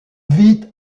vit